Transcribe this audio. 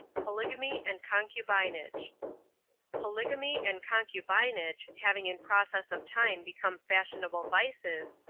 polygamy and concubinage. polygamy and concubinage having in process of time become fashionable vices,